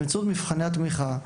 באמצעות מבחני התמיכה,